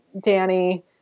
Danny